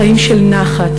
חיים של נחת,